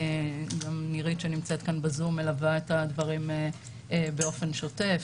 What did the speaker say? גם נירית שנמצאת כאן בזום מלווה את הדברים באופן שוטף.